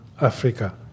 Africa